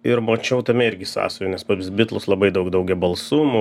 ir mačiau tame irgi sąsajų nes pas bitlus labai daug daugiabalsumų